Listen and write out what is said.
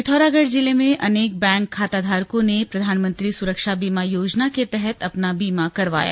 पिथौरागढ़ जिले में अनेक बैंक खाताधारकों ने प्रधानमंत्री सुरक्षा बीमा योजना के तहत अपना बीमा करवाया